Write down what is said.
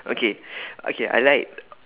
okay okay I like